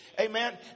Amen